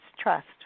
trust